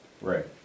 Right